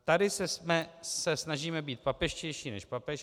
Tady se snažíme být papežštější než papež.